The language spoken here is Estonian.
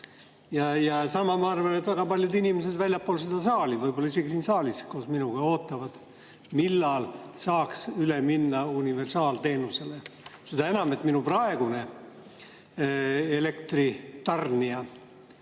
koos minuga ka väga paljud inimesed väljaspool seda saali ja võib-olla isegi siin saalis [oodatakse], millal saaks üle minna universaalteenusele. Seda enam, et minu praegune elektritarnija